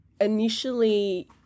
initially